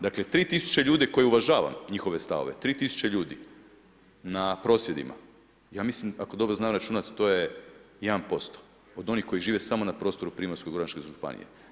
Dakle, 3 000 ljudi koji uvažavam njihove stavove, 3 000 na prosvjedima, ja mislim ako dobro znam računati, to je 1% od onih koji žive samo na prostoru Primorsko-goranske županije.